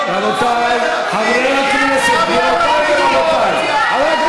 כן, חבר הכנסת מיקי מכלוף זוהר.